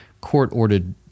court-ordered